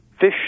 Fish